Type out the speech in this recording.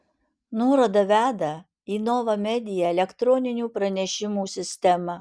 nuoroda veda į nova media elektroninių pranešimų sistemą